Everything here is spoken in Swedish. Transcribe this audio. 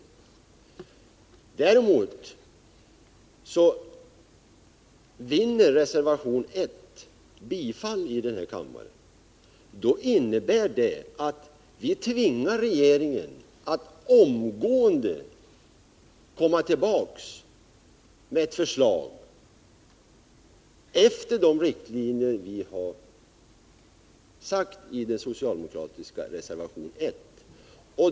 Om däremot reservation 1 vinner bifall i kammaren innebär det att vi tvingar regeringen att omgående komma tillbaka med förslag efter de riktlinjer som dragits upp i den socialdemokratiska reservationen 1.